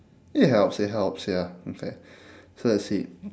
it helps it helps ya okay so let's see